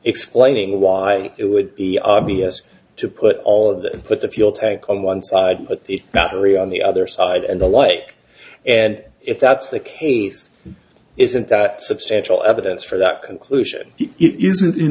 explaining why it would be obvious to put all of that and put the fuel tank on one side but the battery on the other side and the like and if that's the case isn't that substantial evidence for that conclusion